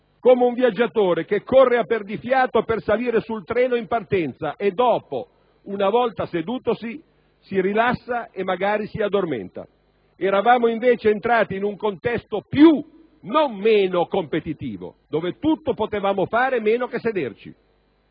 come un viaggiatore che corre a perdifiato per salire sul treno in partenza e dopo, una volta sedutosi, si rilassa e magari si addormenta. Eravamo invece entrati in un contesto non meno ma più competitivo, dove tutto potevamo fare meno che sederci.